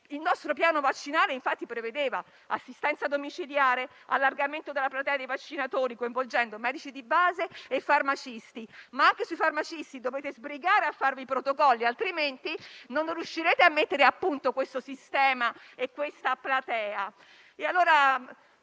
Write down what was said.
Il nostro piano vaccinale prevedeva assistenza domiciliare, allargamento della platea dei vaccinatori, coinvolgendo medici di base e farmacisti. Anche sui farmacisti, però, dovete sbrigarvi a fare i protocolli, altrimenti non riuscirete a mettere a punto questo sistema. Vede,